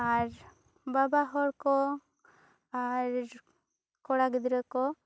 ᱟᱨ ᱵᱟᱵᱟ ᱦᱚᱲ ᱠᱚ ᱟᱨ ᱠᱚᱲᱟ ᱜᱤᱫᱽᱨᱟᱹ ᱠᱚ